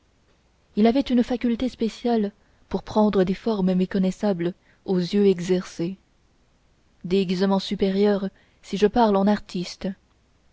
il avait une faculté spéciale pour prendre des formes méconnaissables aux yeux exercés déguisements supérieurs si je parle en artiste